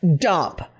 dump